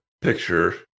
picture